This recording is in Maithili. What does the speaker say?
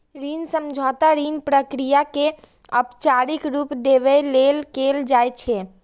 ऋण समझौता ऋण प्रक्रिया कें औपचारिक रूप देबय लेल कैल जाइ छै